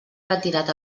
retirat